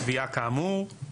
בתביעה כאמור, לפי המאוחר'.